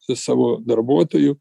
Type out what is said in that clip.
ir savo darbuotoju